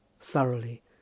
thoroughly